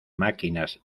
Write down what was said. máquinas